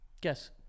guess